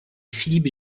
philippe